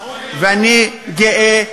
ואני גאה.